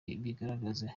bigaragaza